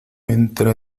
entra